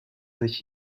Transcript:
sich